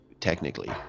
technically